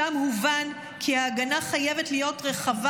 שם הובן כי ההגנה חייבת להיות רחבה